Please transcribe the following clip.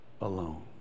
alone